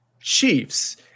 Chiefs